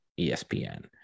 ESPN